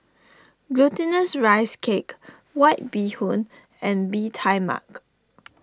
Glutinous Rice Cake White Bee Hoon and Bee Tai Mak